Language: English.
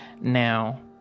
Now